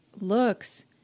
looks